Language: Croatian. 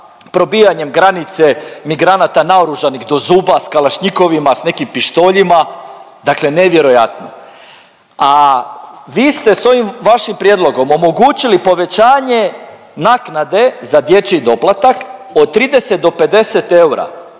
probijanjem granice migranata naoružanih do zuba s kalašnjikovima s nekim pištoljima, dakle nevjerojatno. A vi ste s ovim vašim prijedlogom omogućili povećanje naknade za dječji doplatak od 30 do 50 eura,